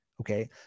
Okay